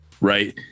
Right